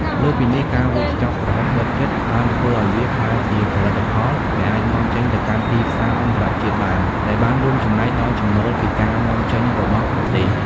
លើសពីនេះ ការវេចខ្ចប់ប្រហុកបិទជិតបានធ្វើឱ្យវាក្លាយជាផលិតផលដែលអាច នាំចេញ ទៅកាន់ទីផ្សារអន្តរជាតិបាន ដែលបានរួមចំណែកដល់ចំណូលពីការនាំចេញរបស់ប្រទេស។